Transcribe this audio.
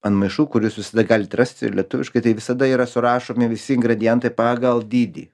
an maišų kur jūs visada galit rasti ir lietuviškai tai visada yra surašomi visi ingredientai pagal dydį